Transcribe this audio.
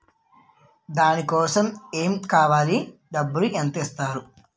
దాని కోసం ఎమ్ కావాలి డబ్బు ఎంత ఇస్తారు?